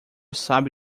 sabe